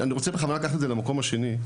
אני רוצה בכוונה לקחת את זה למקום השני,